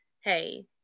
hey